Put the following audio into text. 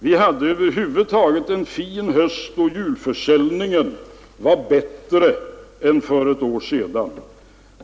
Vi hade över huvud taget en fin höst och julförsäljningen 1971 var bättre än 1970.